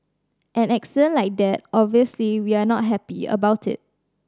an incident like that obviously we are not happy about it